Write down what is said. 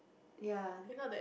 ya